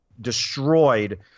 destroyed